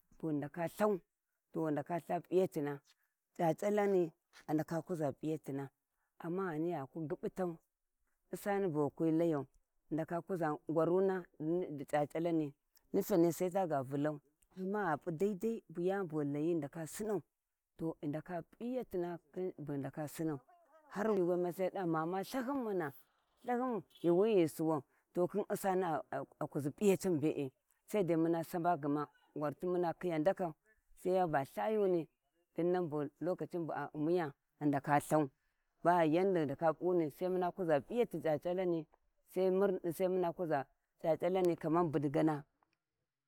Dinan bug hi ndaka lhau to ghi ndaka kuza p`iyatina c`acalami a ndaka kuza p`iyatina amma ghaku gubbau wam bu hi ghikwi layau ghi ndaka kuza ngwanru di c`acalani ni tyani sai taga vulau amma gha p`a daidai bu yani bughu layi ghi ndaka snau har wulhuma ya dava mama llhahin mana lthahi mana ghuwi ghi suwan ta khin usani a kuzi p`iyatin bee sai daimuna saba ngwartin guma muna khinya ndaka sai gma ya baga llhayuni ghi ndaka lllthau ba yaudi ghi ndaka p`uni sai mun kuza p`iyati c`acalani sai mu kuza ca`caalani kamar budigana.